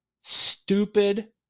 stupid